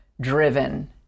driven